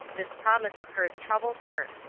this promise of hers troubled her.